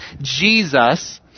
Jesus